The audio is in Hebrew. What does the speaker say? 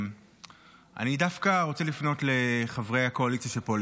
אני דווקא רוצה לפנות לחברי הקואליציה שפה,